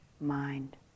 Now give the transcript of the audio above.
mind